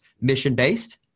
mission-based